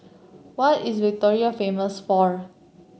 what is Victoria famous for